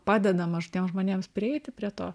padedama ž tiems žmonėms prieiti prie to